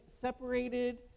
separated